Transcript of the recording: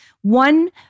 one